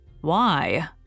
Why